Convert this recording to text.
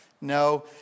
No